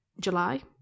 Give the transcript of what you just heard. July